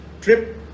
trip